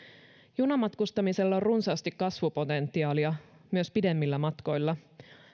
junamatkustamisella on runsaasti kasvupotentiaalia myös pidemmillä matkoilla